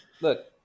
look